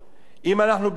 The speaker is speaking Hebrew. חפצים אנו